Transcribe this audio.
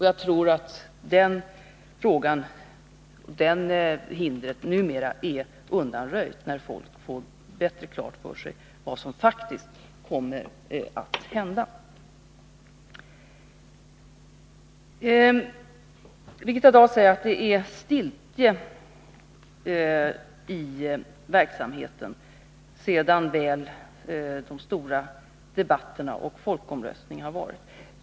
Jag tror att det hindret numera är undanröjt, när folk fått bättre klart för sig vad som faktiskt kommer att hända. Birgitta Dahl säger att det är stiltje i verksamheten, sedan väl de stora debatterna och folkomröstningen har varit.